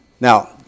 Now